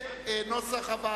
נתקבל.